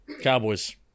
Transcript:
Cowboys